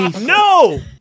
No